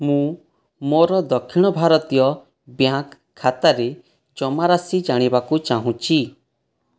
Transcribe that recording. ମୁଁ ମୋର ଦକ୍ଷିଣ ଭାରତୀୟ ବ୍ୟାଙ୍କ ଖାତାରେ ଜମାରାଶି ଜାଣିବାକୁ ଚାହୁଁଛି